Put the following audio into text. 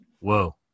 Whoa